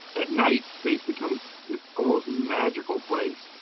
at night. space becomes this almost magical place.